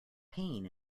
pain